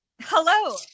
Hello